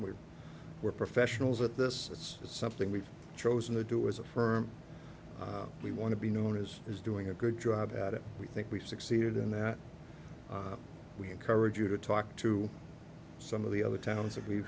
we were professionals at this it's something we've chosen to do as a firm we want to be known as is doing a good job at it we think we've succeeded in that we encourage you to talk to some of the other towns that we